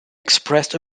expressed